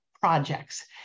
projects